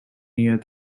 near